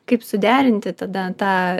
kaip suderinti tada tą